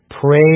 Pray